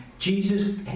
Jesus